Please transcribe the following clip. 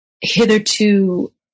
hitherto